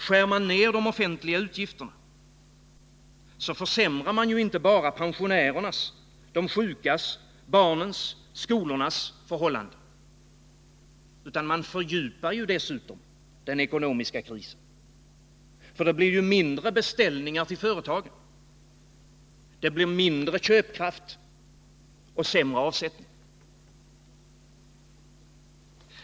Skär man ner de offentliga utgifterna försämrar man inte bara pensionärernas, de sjukas, barnens och skolornas förhållanden. Man fördjupar dessutom den ekonomiska krisen. Det blir mindre beställningar till företagen. Det blir mindre köpkraft och sämre avsättning.